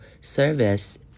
service